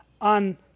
on